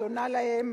היא עונה להם: